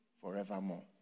forevermore